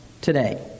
today